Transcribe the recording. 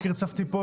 קרצפתי פה,